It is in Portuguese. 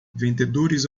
vendedores